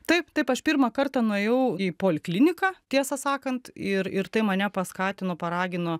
taip taip aš pirmą kartą nuėjau į polikliniką tiesą sakant ir ir tai mane paskatino paragino